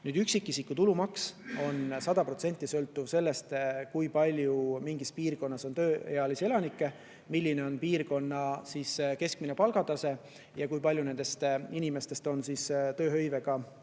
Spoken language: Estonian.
Üksikisiku tulumaks on 100% sõltuv sellest, kui palju on mingis piirkonnas tööealisi elanikke, milline on piirkonna keskmine palgatase ja kui palju nendest inimestest on tööhõivega hõlmatud.